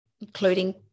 including